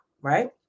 right